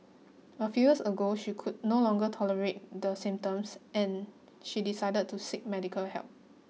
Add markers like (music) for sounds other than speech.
a (unintelligible) ago she could no longer tolerate the symptoms and she decided to seek medical help